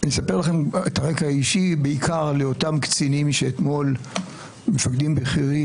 אספר לכם את הרקע האישי בעיקר על היותם קצינים שאתמול מפקדים בכירים,